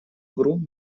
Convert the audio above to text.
групп